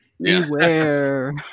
Beware